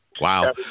Wow